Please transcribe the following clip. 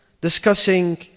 discussing